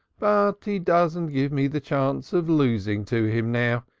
but he doesn't give me the chance of losing to him now,